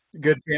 good